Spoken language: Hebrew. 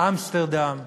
אמסטרדם,